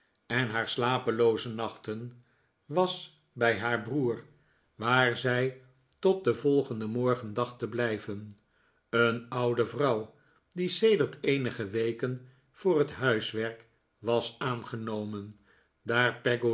en haar slapelooze nachten was bij haar broer waar zij tot den volgenden morgen dacht te blijven een oude vrouw die sedert eenige weken voor het huiswerk was aangenomen daar peggotty